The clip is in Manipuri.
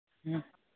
ꯎꯝ